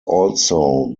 also